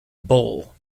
bull